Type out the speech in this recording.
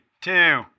two